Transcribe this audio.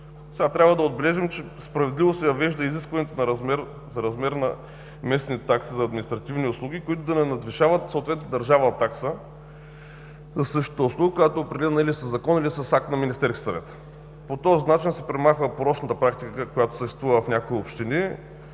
Трябва да отбележим, че справедливо се въвежда изискването за размер на местни такси за административни услуги, които да не надвишават съответната държавна такса за същата услуга, която е определена или със закон, или с акт на Министерския съвет. По този начин се премахва порочната практика, която съществува в някои общини,